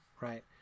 right